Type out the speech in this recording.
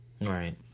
Right